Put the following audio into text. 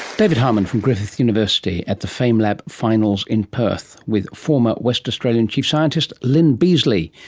david harman from griffith university at the famelab finals in perth, with former west australian chief scientist lyn beazley,